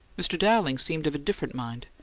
mr. dowling seemed of a different mind.